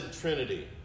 Trinity